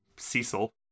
cecil